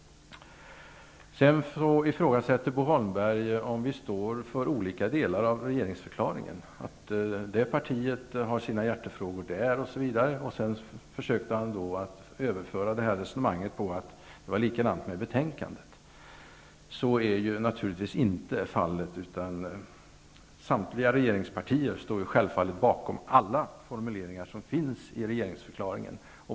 Bo Holmberg undrar om vi står för olika delar av regeringsförklaringen, som skulle vara våra hjärtefrågor. Han försökte överföra resonemenget också till betänkandet. Så är naturligtvis inte fallet. Samtliga regeringspartier står självfallet bakom alla formuleringar som finns i regeringsförklaringen.